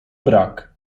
brak